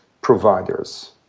providers